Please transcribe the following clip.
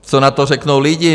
Co na to řeknou lidi?